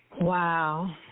Wow